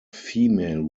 female